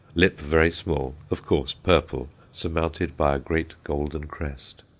lip very small, of course, purple, surmounted by a great golden crest.